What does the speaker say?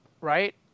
right